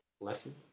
lesson